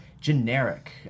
generic